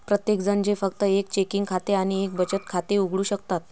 प्रत्येकजण जे फक्त एक चेकिंग खाते आणि एक बचत खाते उघडू शकतात